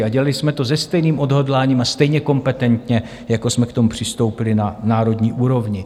A dělali jsme to se stejným odhodláním a stejně kompetentně, jako jsme k tomu přistoupili na národní úrovni.